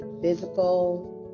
physical